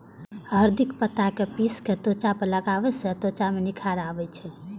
हरदिक पात कें पीस कें त्वचा पर लगाबै सं त्वचा मे निखार आबै छै